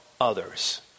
others